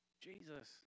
Jesus